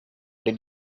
did